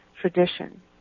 tradition